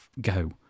go